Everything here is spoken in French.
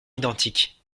identiques